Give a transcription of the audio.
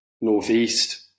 Northeast